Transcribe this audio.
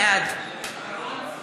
בעד